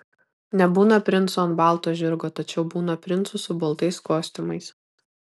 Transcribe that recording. nebūna princų ant balto žirgo tačiau būna princų su baltais kostiumais